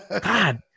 god